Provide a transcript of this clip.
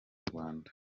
rwanda